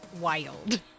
wild